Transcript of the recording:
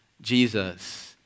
Jesus